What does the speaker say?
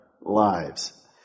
lives